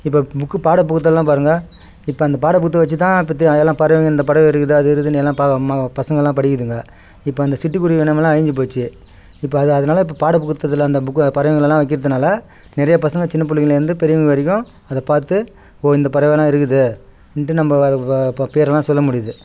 இப்போ புக்கு பாடப் புத்தமெல்லாம் பாருங்கள் இப்போ அந்த பாடப் புத்தகம் வச்சு தான் இப்போ த எல்லா பறவைங்கள் இந்த பறவை இருக்குது அது இருக்குதுன்னு எல்லாம் பசங்களெல்லாம் படிக்குதுங்க இப்போ அந்த சிட்டுக்குருவி இனம் எல்லாம் அழிஞ்சுப் போச்சு இப்போ அது அதனால இப்போ பாடப் புத்தகத்தில் அந்த புக்கை பறவைங்களெல்லாம் வைக்கறதுனால நிறையா பசங்கள் சின்னப் பிள்ளங்கள்லேருந்து பெரியவங்கள் வரைக்கும் அதை பார்த்து ஓ இந்த பறவைனா இருக்குது என்ட்டு நம்ம அதை ப பேரெல்லாம் சொல்ல முடியுது